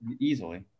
easily